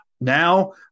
Now